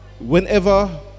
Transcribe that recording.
whenever